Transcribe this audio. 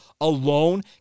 alone